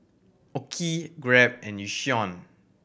OKI Grab and Yishion